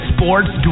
Sports